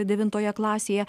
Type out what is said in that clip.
devintoje klasėje